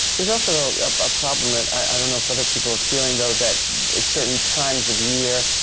there's also a problem that i don't know if other people are feeling, though, that at certain times of years,